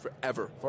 Forever